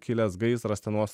kilęs gaisras ten vos